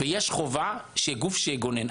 יש חובה שיהיה גוף שיגונן.